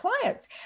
clients